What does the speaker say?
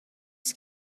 است